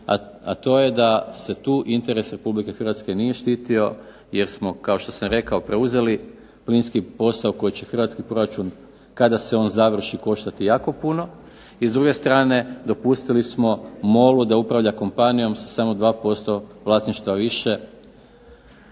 a to je da se tu interes RH nije štitio jer kao što sam rekao preuzeli plinski posao koji će hrvatski proračun kada se on završi koštati jako puno i s druge strane dopustili smo MOL-u da upravlja kompanijom sa samo 2% vlasništva više,